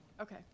okay